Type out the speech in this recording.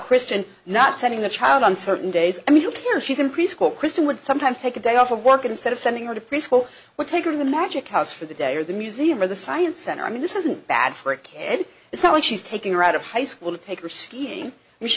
christian not attending the child on certain days i mean you can't she's in preschool christian would sometimes take a day off of work instead of sending her to preschool would take her to the magic house for the day or the museum or the science center i mean this isn't bad for a kid it's not like she's taking her out of high school to take her skiing and she